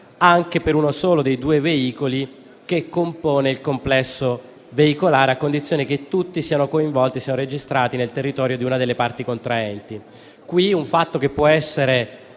anche per uno solo dei due veicoli che compone il complesso veicolare, a condizione che tutti siano registrati nel territorio di una delle parti contraenti.